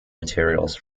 materials